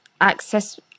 access